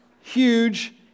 huge